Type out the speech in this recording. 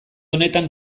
honetan